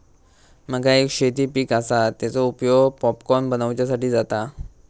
मका एक शेती पीक आसा, तेचो उपयोग पॉपकॉर्न बनवच्यासाठी जाता